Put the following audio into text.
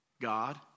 God